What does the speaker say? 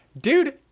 dude